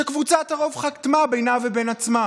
שקבוצת הרוב חתמה בינה ובין עצמה,